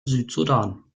südsudan